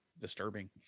disturbing